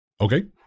Okay